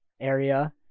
area